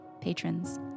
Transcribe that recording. patrons